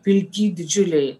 pilki didžiuliai